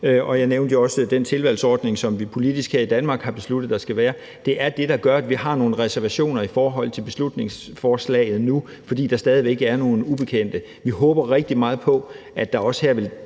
og jeg nævnte jo også den tilvalgsordning, som vi politisk her i Danmark har besluttet der skal være – er det, der gør, at vi har nogle reservationer i forhold til beslutningsforslaget nu, fordi der stadig væk er nogle ubekendte. Vi håber rigtig meget på, at der også her vil